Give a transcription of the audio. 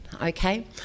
okay